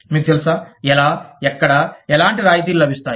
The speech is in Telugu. మీకు తెలుసా ఎలా ఎక్కడ ఎలాంటి రాయితీలు లభిస్తాయి